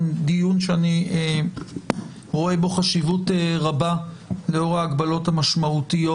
דיון שאני רואה בו חשיבות רבה לאור ההגבלות המשמעותיות